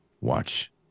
Watch